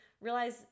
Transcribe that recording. realize